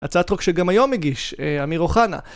הצעת חוק שגם היום מגיש, אמיר אוחנה.